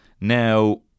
Now